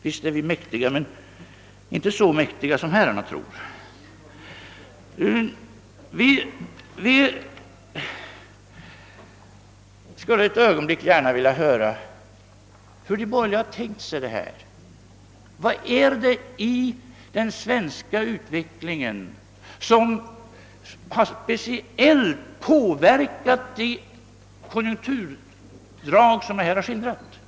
Visst är vi mäktiga, men inte så mäktiga som herrarna tror! Vi skulle gärna vilja höra hur de borgerliga har tänkt sig detta. Vad är det i den svenska utvecklingen som speciellt har påverkat. de konjunkturdrag jag här skildrat?